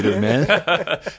man